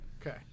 Okay